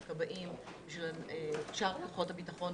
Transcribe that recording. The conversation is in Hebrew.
של כבאים ושל שאר כוחות הביטחון.